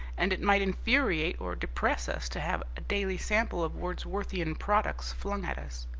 and it might infuriate or depress us to have a daily sample of wordsworthian products flung at us.